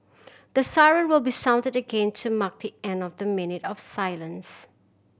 the siren will be sounded again to mark the end of the minute of silence